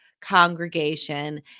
congregation